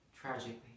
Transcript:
tragically